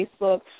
Facebook